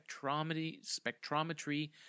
Spectrometry